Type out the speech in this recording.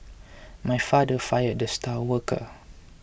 my father fired the star worker